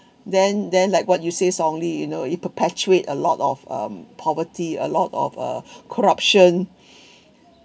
then then like what you say song-li you know it perpetuate a lot of um poverty a lot of uh corruption